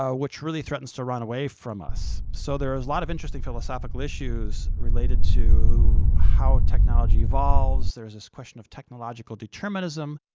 ah which really threatens to run away from us. so there's a lot of interesting philosophical issues related to how technology evolves. there's this question of technological determinism,